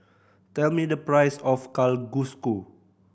tell me the price of Kalguksu